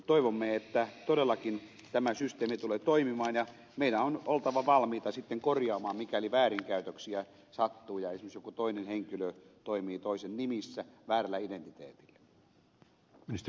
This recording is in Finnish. toivomme että todellakin tämä systeemi tulee toimimaan ja meidän on oltava valmiita sitten korjaamaan mikäli väärinkäytöksiä sattuu ja esimerkiksi joku toinen henkilö toimii toisen nimissä väärällä identiteetillä